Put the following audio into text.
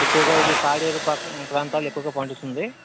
ఎక్కువగా ఇది పాడేరు పా ప్రాంతాల్లో ఎక్కువగా పండుతుంది